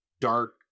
dark